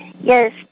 Yes